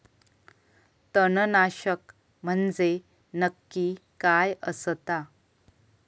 तणनाशक म्हंजे नक्की काय असता?